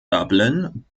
dublin